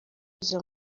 izo